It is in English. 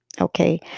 okay